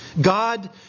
God